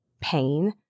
pain